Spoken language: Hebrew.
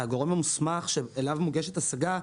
הגורם המוסמך אליו מוגשת ההשגה,